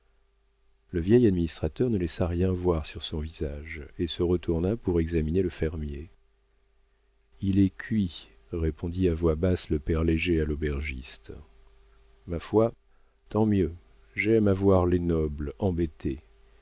le vieil administrateur ne laissa rien voir sur son visage et se retourna pour examiner le fermier il est cuit répondit à voix basse le père léger à l'aubergiste ma foi tant mieux j'aime à voir les nobles